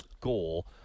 goal